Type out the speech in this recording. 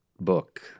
book